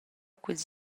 quels